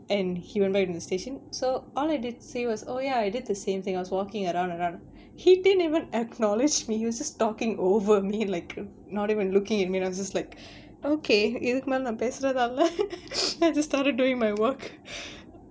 and he went back into the station so all I did say was oh ya I did the same thing I was walking around around he didn't even acknowledge me he was just talking over me like not even looking at me and I was just like okay you இதுக்கு மேல நா பேசுறதாயில்ல:ithukku mela naa pesurathuyilla then I just started doing my work